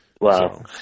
Wow